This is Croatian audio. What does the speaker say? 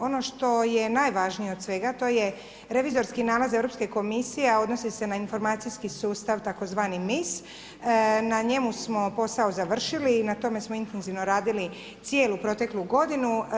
Ono što je najvažnije od svega to je revizorski nalaz europske komisije a odnosi se na informacijski sustav tzv. MIS, na njemu smo posao završili i na tome smo intenzivno radili cijelu proteklu godinu.